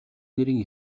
нэрийн